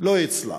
לא יצלח.